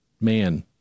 man